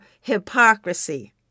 hypocrisy